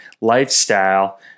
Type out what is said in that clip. lifestyle